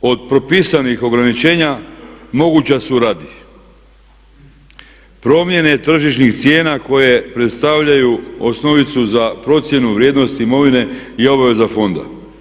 Odstupanja od propisanih ograničenja moguća su radi promjene tržišnih cijena koje predstavljaju osnovicu za procjenu vrijednosti imovine i obaveza fonda.